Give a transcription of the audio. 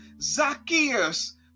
Zacchaeus